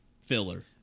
filler